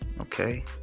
okay